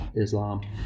Islam